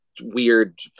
weird